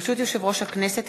ברשות יושב-ראש הכנסת,